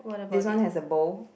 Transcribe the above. this one has a bow